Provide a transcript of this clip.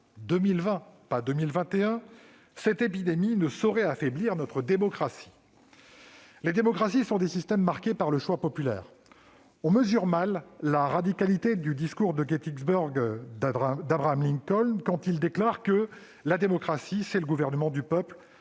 2020, non de 2021 -,« cette épidémie ne saurait affaiblir notre démocratie ». Les démocraties sont des systèmes marqués par le choix populaire. On mesure mal la radicalité, à l'époque, du discours de Gettysburg d'Abraham Lincoln, quand celui-ci déclarait que la démocratie est « le gouvernement du peuple,